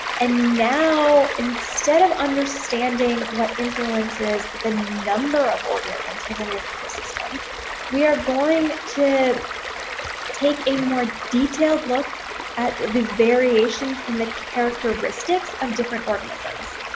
and now instead of understanding what influences the number of organisms within an ecosystem we are going to take a more detailed look at the variations and the characteristics of different organisms.